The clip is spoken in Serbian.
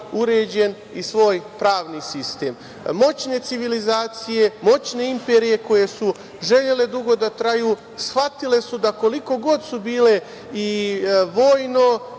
uređen i svoj pravni sistem. Moćne civilizacije, moćne imperije, koje su želele dugo da traju, shvatile su da koliko god su bile i vojno